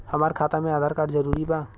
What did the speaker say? हमार खाता में आधार कार्ड जरूरी बा?